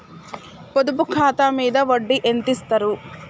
పొదుపు ఖాతా మీద వడ్డీ ఎంతిస్తరు?